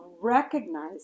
recognize